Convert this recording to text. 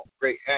great